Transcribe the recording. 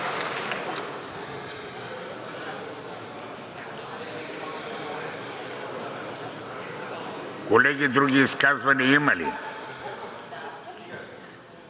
Колеги, други изказвания има ли?